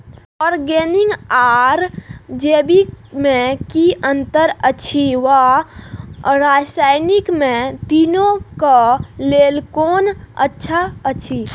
Organic आर जैविक में कि अंतर अछि व रसायनिक में तीनो क लेल कोन अच्छा अछि?